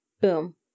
boom